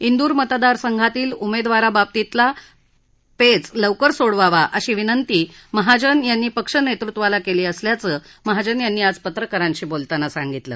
इंदूर मतदारसंघातील उमेदवाराबाबतीतला तेच लवकर सोडवावा अशी विनंती महाजन यांनी पक्ष नेतृत्वाला केली असल्याचं महाजन यांनी आज पत्रकांराशी बोलताना सांगितलं